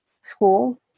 school